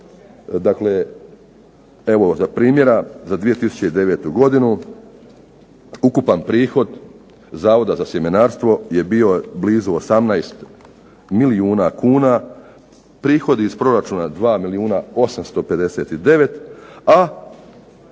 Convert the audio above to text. Dakle, evo za primjera za 2009. godinu ukupan prihod Zavoda za sjemenarstvo je bio blizu 18 milijuna kuna. Prihodi iz proračuna 2 milijuna 859, a